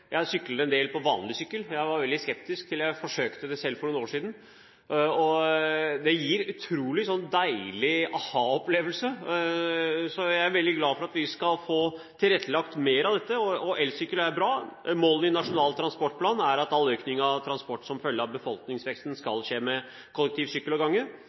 jeg var veldig skeptisk til jeg forsøkte det selv for noen år siden. Det gir en sånn utrolig deilig aha-opplevelse, så jeg er veldig glad for at vi skal få tilrettelagt mer for dette. Elsykkel er bra. Målet i Nasjonal transportplan er at all økning av transport som følge av befolkningsveksten, skal skje med kollektiv, sykkel og gange.